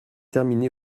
terminé